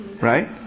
Right